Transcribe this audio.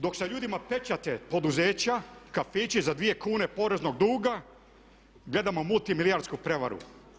Dok se ljudima pečate poduzeća, kafići za 2 kune poreznog duga gledamo multimilijardersku prijevaru.